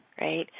Right